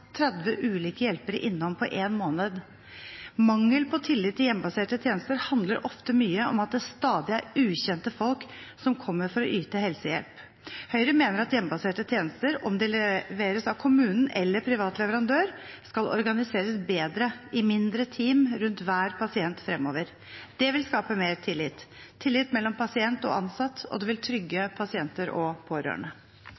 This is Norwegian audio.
30 ulike hjelpere innom på en måned. Mangel på tillit i hjemmebaserte tjenester handler ofte mye om at det stadig er ukjente folk som kommer for å yte helsehjelp. Høyre mener at hjemmebaserte tjenester, enten de leveres av kommunen eller av en privat leverandør, skal organiseres bedre, i mindre team rundt hver pasient, fremover. Det vil skape mer tillit – tillit mellom pasient og ansatt – og det vil